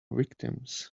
victims